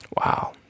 Wow